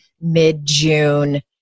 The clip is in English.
mid-June